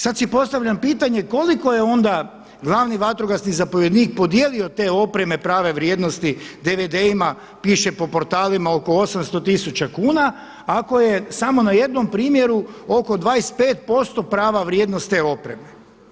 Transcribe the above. Sada si postavljam pitanje, koliko je onda glavni vatrogasni zapovjednik podijelio te opreme prave vrijednosti DVD-ima piše po portalima oko 800 tisuća kuna, ako je samo na jednom primjeru oko 25% prava vrijednost te opreme.